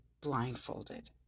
blindfolded